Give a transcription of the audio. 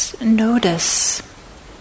notice